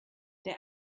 der